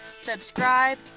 Subscribe